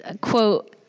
quote